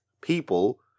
people